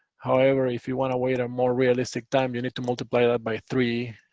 however, if you want to wait a more realistic time, you need to multiply that by three,